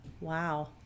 Wow